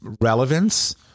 relevance